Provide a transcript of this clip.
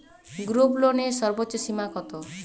গ্রুপলোনের সর্বোচ্চ সীমা কত?